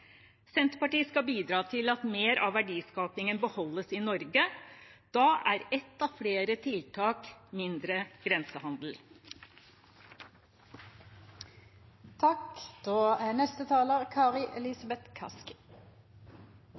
Senterpartiet skal bidra til at mer av verdiskapingen beholdes i Norge. Da er et av flere tiltak mindre